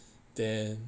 then